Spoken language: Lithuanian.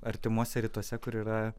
artimuose rytuose kur yra